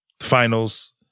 finals